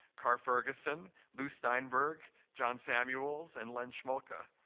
carr ferguson, lou steinberg, john samuels, and len schmolka.